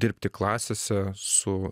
dirbti klasėse su